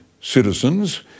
citizens